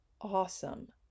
awesome